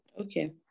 Okay